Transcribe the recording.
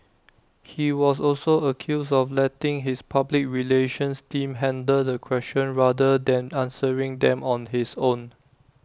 he was also accused of letting his public relations team handle the questions rather than answering them on his own